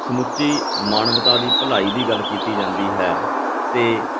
ਸਮੁੱਚੀ ਮਾਨਵਤਾ ਦੀ ਭਲਾਈ ਦੀ ਗੱਲ ਕੀਤੀ ਜਾਂਦੀ ਹੈ ਅਤੇ